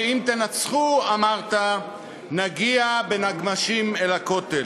שאם תנצחו, אמרת, נגיע בנגמ"שים אל הכותל.